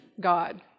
God